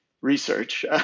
research